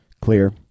Clear